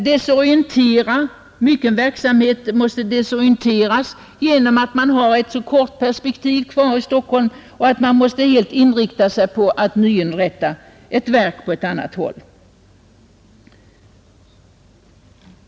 Mycken verksamhet desorienteras genom att man har så kort tid kvar i Stockholm och måste helt inrikta sig på att nyinrätta ett verk på ett annat håll.